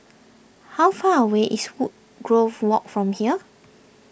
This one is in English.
how far away is Woodgrove Walk from here